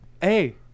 Hey